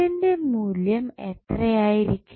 ന്റെ മൂല്യം എത്രയായിരിക്കും